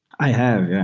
i have. yeah.